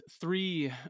three